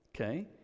okay